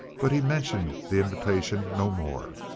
but he mentioned the invitation no more.